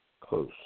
Close